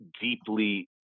deeply